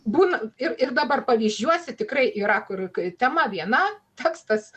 būna irir dabar pavyzdžiuose tikrai yra kur tema viena tekstas